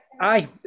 Aye